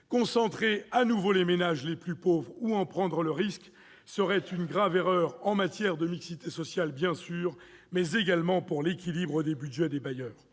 Concentrer à nouveau les ménages les plus pauvres ou en prendre le risque serait une grave erreur en matière de mixité sociale, bien sûr, mais également pour l'équilibre des budgets des bailleurs.